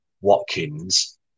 Watkins